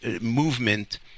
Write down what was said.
movement